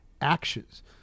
actions